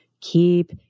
keep